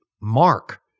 Mark